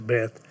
Beth